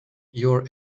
your